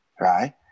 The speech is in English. right